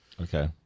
Okay